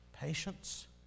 Patience